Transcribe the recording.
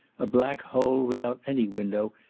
a black hole, without any window,